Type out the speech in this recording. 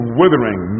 withering